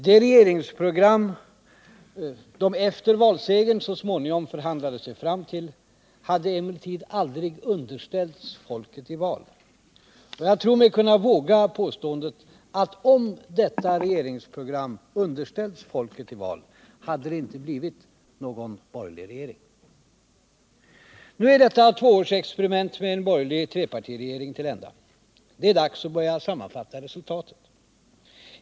Det regeringsprogram de efter valsegern så småningom förhandlade sig fram till hade emellertid aldrig underställts folket i val. Jag tror mig kunna våga påståendet att om detta regeringsprogram underställts folket i val hade det inte blivit någon borgerlig regering. Nu är detta tvåårsexperiment med en borgerlig trepartiregering till ända. Det är dags att börja sammanfatta resultatet.